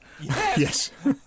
Yes